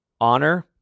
honor